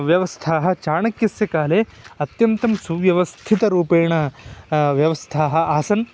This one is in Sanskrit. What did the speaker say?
व्यवस्था चाणक्यस्य काले अत्यन्तं सुव्यवस्थितरूपेण व्यवस्था आसन्